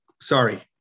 sorry